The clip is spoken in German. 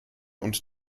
und